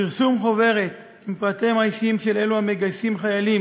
פרסום חוברת עם פרטיהם האישיים של אלו המגייסים חיילים